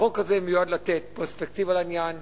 החוק הזה מיועד לתת פרספקטיבה לעניין.